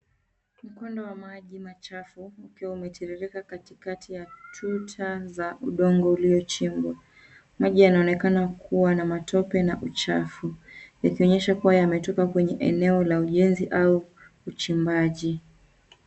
Mkondo wa maji machafu ukiwa umetiririka katikati ya tuta za udongo uliyochimbwa. Maji yanaonekana kuwa na matope na uchafu, yakionyesha kuwa yametoka kwenye eneo la ujenzi au uchimbaji.